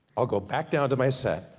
i'll go back down to my set,